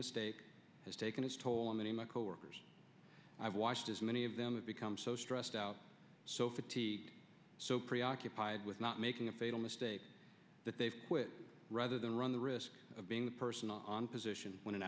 mistake has taken its toll on many my coworkers i've watched as many of them have become so stressed out so fatigued so preoccupied with not making a fatal mistake that they've quit rather than run the risk of being the person on position when an